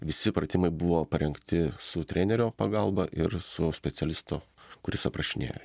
visi pratimai buvo parengti su trenerio pagalba ir su specialisto kuris aprašinėjo